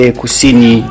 kusini